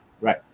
Right